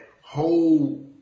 whole